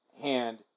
hand